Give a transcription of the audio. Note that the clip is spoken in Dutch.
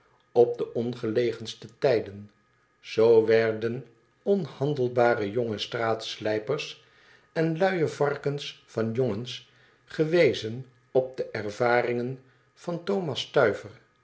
op de ongelegenste tijden zoo werden onhandelbare jonge straatslijpers en luie varkens van jongens gewezen op de ervaringen van thomas